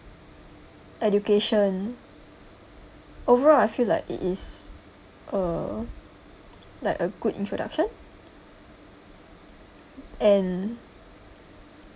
education overall I feel like it is or like a good introduction and